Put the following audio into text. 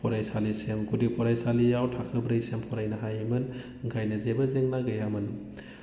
फरायसालिसिम गुदि फरायसालियाव थाखो ब्रैसिम फरायनो हायोमोन ओंखायनो जेबो जेंना गैयामोन